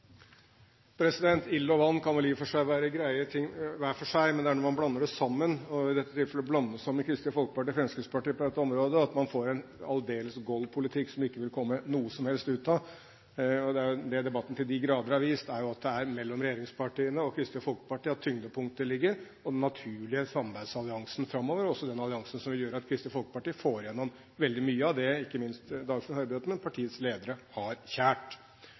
Ild og vann kan i og for seg være greie ting hver for seg, men det er når man blander dem sammen, og i dette tilfellet blander sammen Kristelig Folkeparti og Fremskrittspartiet på dette området, at man får en aldeles gold politikk, som det ikke vil komme noe som helst ut av. Det debatten til de grader har vist, er at det er mellom regjeringspartiene og Kristelig Folkeparti at tyngdepunktet ligger, og at det er den naturlige samarbeidsalliansen framover, og også den alliansen som gjør at Kristelig Folkeparti får igjennom veldig mye av det ikke minst Dagfinn Høybråten og partiets ledere har kjært.